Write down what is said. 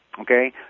okay